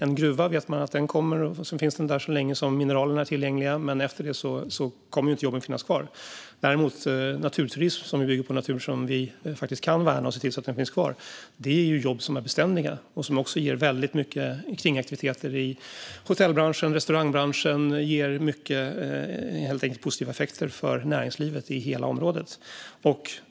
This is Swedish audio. En gruva finns där så länge som mineralerna är tillgängliga, men därefter kommer jobben inte att finnas kvar. Däremot ger naturturism, som bygger på natur som vi kan värna och se till att den finns kvar, jobb som är beständiga. Den ger också väldigt mycket kringaktiviteter i hotellbranschen och restaurangbranschen. Den ger helt enkelt positiva effekter för näringslivet i hela området.